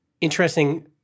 interesting